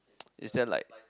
is there like